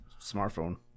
smartphone